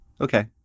okay